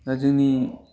दा जोंनि